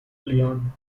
leon